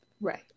Right